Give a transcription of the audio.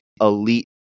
elite